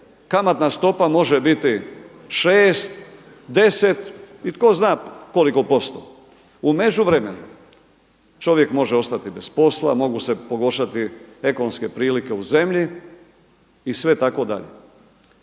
Kamatna stopa može biti šest, deset i tko zna koliko posto. U međuvremenu čovjek može ostati bez posla, mogu se pogoršati ekonomske prilike u zemlji i sve tako dalje.